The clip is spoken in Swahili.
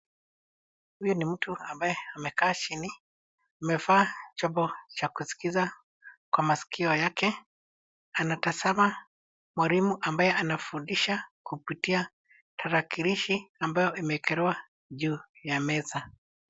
Huyu ni mtu ambaye amekaa chini. Amevaa chombo cha kuskiza kwa masikio yake. Anatazama mwalimu anayefundisha kupitia tarakilishi ambayo imewekelewa juu ya meza